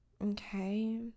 okay